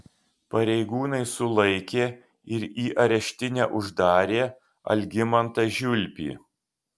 pareigūnai sulaikė ir į areštinę uždarė algimantą žiulpį